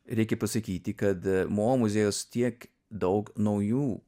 reikia pasakyti kad mo muziejus tiek daug naujų